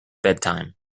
bedtime